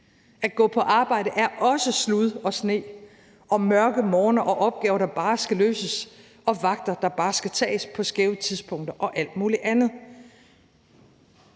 At gå på arbejde er også slud og sne, mørke morgener, opgaver, der bare skal løses, og vagter, der bare skal tages på skæve tidspunkter, og alt muligt andet,